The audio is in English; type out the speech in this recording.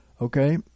Okay